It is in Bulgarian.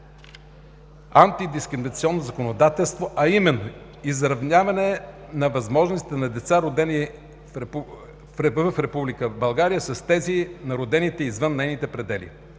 антидискриминационно законодателство, а именно: изравняване на възможностите на деца, родени в Република България, с тези на родените извън нейните предели.